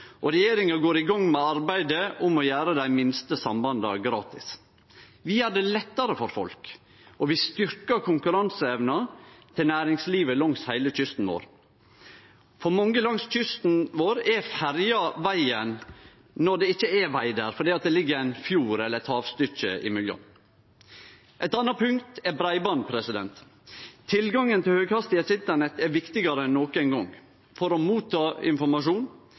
og regjeringa går i gang med arbeidet for å gjere dei minste sambanda gratis. Vi gjer det lettare for folk, og vi styrkjer konkurranseevna til næringslivet langs heile kysten vår. For mange langs kysten vår er ferja vegen når det ikkje er veg der fordi det ligg ein fjord eller eit havstykke imellom. Eit anna punkt er breiband. Tilgangen til høghastighetsnett er viktigare enn nokon gong – for å ta imot informasjon,